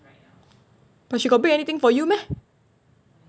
but she got break anything for you meh